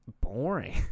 boring